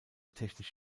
technisch